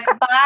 bye